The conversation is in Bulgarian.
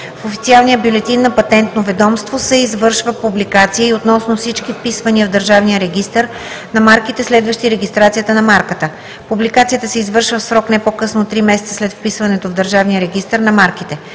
В официалния бюлетин на Патентното ведомство се извършва публикация и относно всички вписвания в Държавния регистър на марките, следващи регистрацията на марката. Публикацията се извършва в срок не по-късно от 3 месеца след вписването в Държавния регистър на марките.“